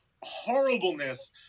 horribleness